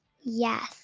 Yes